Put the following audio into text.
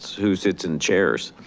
who sits in chairs.